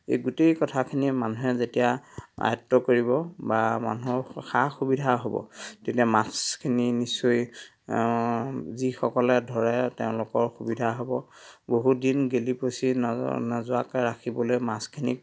এই গোটেই কথাখিনি মানুহে যেতিয়া আয়ত্ব কৰিব বা মানুহৰ সা সুবিধা হ'ব তেতিয়া মাছখিনি নিশ্চয় যিসকলে ধৰে তেওঁলোকৰ সুবিধা হ'ব বহুত দিন গেলি পঁচি ন নোযোৱাকে ৰাখিবলৈ মাছখিনিক